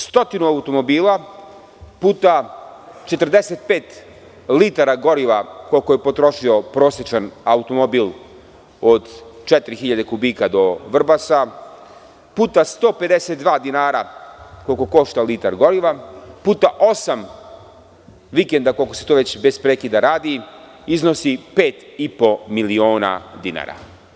Stotinu automobila puta 45 litara goriva, koliko je potrošio prosečan automobil od 4000 kubika do Vrbasa, puta 152 dinara, koliko košta litar goriva, puta osam vikenda, koliko se to već bez prekida radi, iznosi pet i po miliona dinara.